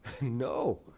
No